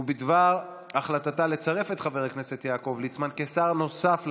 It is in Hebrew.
בדבר החלטתה לצרף את חבר הכנסת יעקב ליצמן כשר נוסף לממשלה.